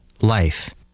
life